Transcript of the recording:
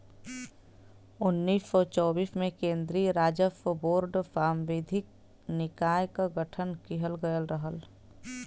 उन्नीस सौ चौबीस में केन्द्रीय राजस्व बोर्ड सांविधिक निकाय क गठन किहल गयल रहल